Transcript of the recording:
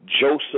Joseph